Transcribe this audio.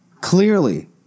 Clearly